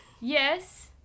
Yes